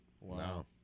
Wow